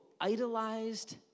idolized